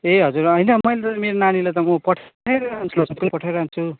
ए हजुर होइन मैले त मेरो नानीलाई त म पठाई नै रहन्छु त सधैँ पठाइरहन्छु